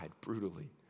brutally